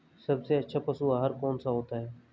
सबसे अच्छा पशु आहार कौन सा होता है?